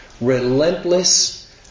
relentless